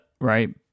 right